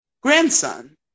grandson